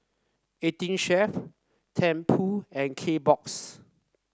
Eighteen Chef Tempur and Kbox